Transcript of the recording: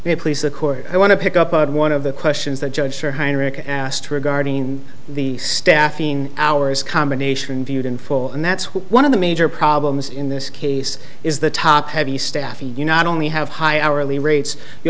may please the court i want to pick up on one of the questions the judge for heinrich asked regarding the staffing hours combination viewed in full and that's one of the major problems in this case is the top heavy staffy you not only have high hourly rates you